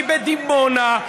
היא בדימונה,